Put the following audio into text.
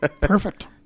perfect